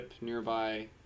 nearby